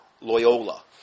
Loyola